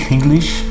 English